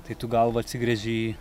tai tu galva atsigręži į